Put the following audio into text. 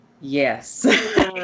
Yes